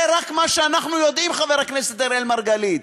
זה רק מה שאנחנו יודעים, חבר הכנסת אראל מרגלית,